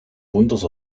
puntos